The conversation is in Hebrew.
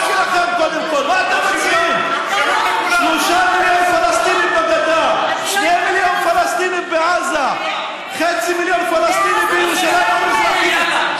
מה אתם מציעים, דיכוי ועוד דיכוי ועוד דיכוי?